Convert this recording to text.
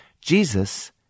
Jesus